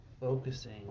focusing